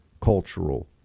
cultural